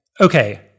okay